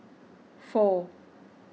four